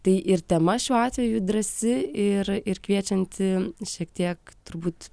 tai ir tema šiuo atveju drąsi ir ir kviečianti šiek tiek turbūt